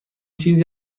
چیزی